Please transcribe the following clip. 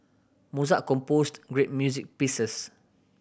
Mozart composed great music pieces